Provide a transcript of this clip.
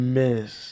miss